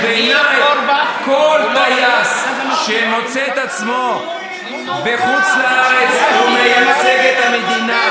כי בעיניי כל טייס שמוצא את עצמו בחו"ל מייצג את המדינה.